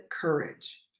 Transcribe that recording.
courage